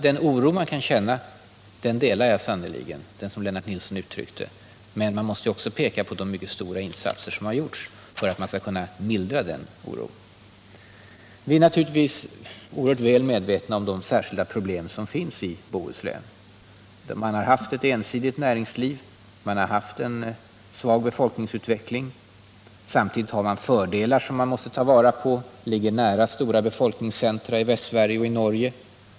Den oro som Lennart Nilsson gav uttryck för delar jag sannerligen. Men man måste också peka på de mycket stora insatser som gjorts för att mildra den oron. Vi är naturligtvis oerhört väl medveta om de särskilda problem som finns i Bohuslän, där man har haft ett ensidigt näringsliv. Befolkningsutvecklingen har varit svag. Samtidigt har man fördelar som man måste ta vara på. Bohuslän ligger nära stora befolkningscentra i Västsverige och i Norge.